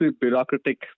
bureaucratic